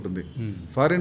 Foreign